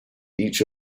each